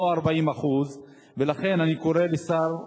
לא 40%. ולכן אני קורא לשר התחבורה,